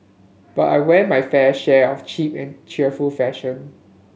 but I wear my fair share of cheap and cheerful fashion